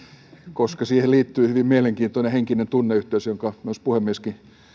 koska siihen liittyy hyvin mielenkiintoinen henkinen tunneyhteys jonka puhemieskin